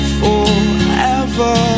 forever